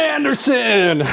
Anderson